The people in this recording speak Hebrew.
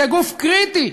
כי הגוף קריטי,